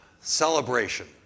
Celebration